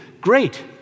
Great